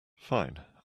fine